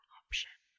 option